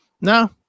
No